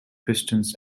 pistons